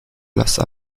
las